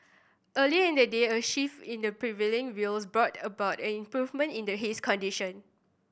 earlier in the day a shift in the prevailing views brought about an improvement in the haze condition